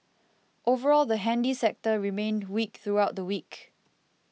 overall the handy sector remained weak throughout the week